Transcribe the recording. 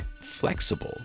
flexible